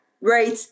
right